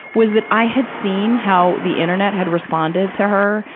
was that i had seen how the internet had responded to her,